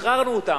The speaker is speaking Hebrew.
שחררנו אותם.